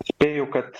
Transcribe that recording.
spėju kad